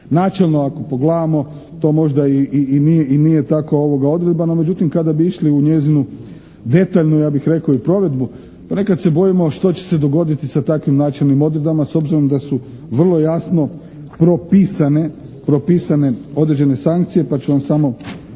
Načelno ako pogledamo to možda i nije tako odredba, no međutim kada bi išli u njezinu detaljnu ja bih rekao i provedbu ponekad se bojimo što će se dogoditi sa takvim načelnim odredbama s obzirom da su vrlo jasno propisane određene sankcije pa ću vam samo